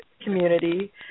community